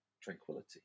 tranquility